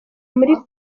muri